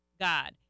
God